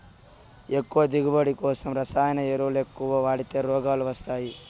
ఎక్కువ దిగువబడి కోసం రసాయన ఎరువులెక్కవ వాడితే రోగాలు వస్తయ్యి